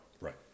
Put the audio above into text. right